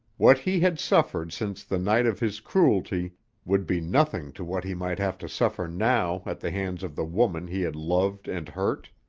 what he had suffered since the night of his cruelty would be nothing to what he might have to suffer now at the hands of the woman he had loved and hurt.